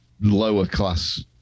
lower-class